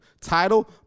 Title